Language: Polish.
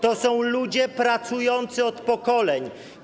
To są ludzie pracujący od pokoleń.